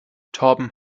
torben